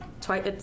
twice